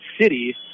City